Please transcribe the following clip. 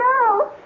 No